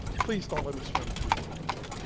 please don't let me swing too long, ok?